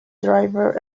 driver